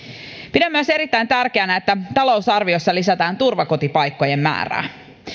pidän myös erittäin tärkeänä että talousarviossa lisätään turvakotipaikkojen määrää